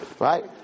Right